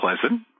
pleasant